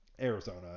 Arizona